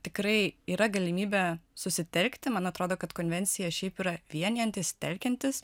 tikrai yra galimybė susitelkti man atrodo kad konvencija šiaip yra vienijantis telkiantis